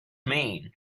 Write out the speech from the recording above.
mean